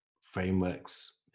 frameworks